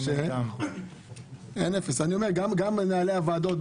גם מנהלי הוועדות,